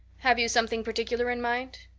have you something particular in mind?